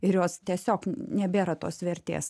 ir jos tiesiog nebėra tos vertės